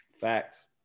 Facts